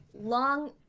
long